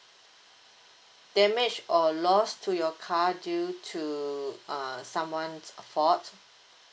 damage or lost to your car due to uh someone's fault